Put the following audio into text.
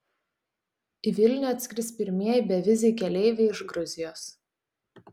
į vilnių atskris pirmieji beviziai keleiviai iš gruzijos